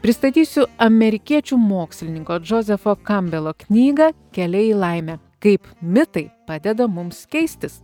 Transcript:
pristatysiu amerikiečių mokslininko džozefo kambelo knygą keliai į laimę kaip mitai padeda mums keistis